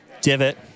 Divot